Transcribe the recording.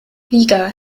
liga